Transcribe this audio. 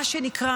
מה שנקרא,